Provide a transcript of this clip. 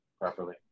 properly